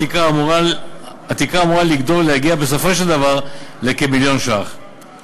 סכום התקרה אמור לגדול ולהגיע בסופו של דבר לכמיליון שקלים.